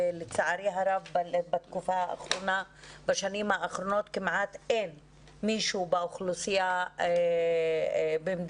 ולצערי הרב בשנים האחרונות כמעט אין מישהו באוכלוסייה במדינת